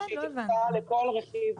לא הבנתי.